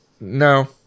No